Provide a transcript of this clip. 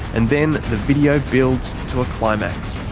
and then the video builds to a climax.